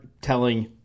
telling